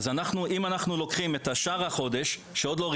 אם רוצים לפלח נתונים לפי הגשות כתבי אישום